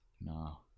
No